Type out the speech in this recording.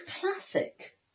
classic